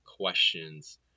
questions